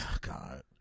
God